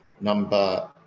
Number